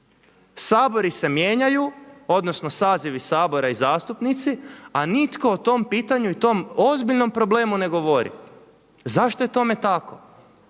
Sabori se mijenjaju, odnosno sazivi Sabora i zastupnici a nitko o tom pitanju i tom ozbiljnom problemu ne govori. Zašto je tome tako?